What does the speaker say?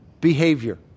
behavior